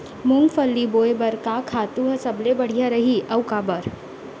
मूंगफली बोए बर का खातू ह सबले बढ़िया रही, अऊ काबर?